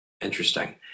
Interesting